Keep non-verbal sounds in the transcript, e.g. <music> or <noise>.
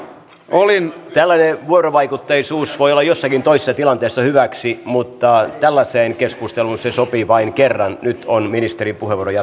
tällainen vuorovaikutteisuus voi olla jossakin toisessa tilanteessa hyväksi mutta tällaiseen keskusteluun se sopii vain kerran nyt on ministerin puheenvuoron <unintelligible>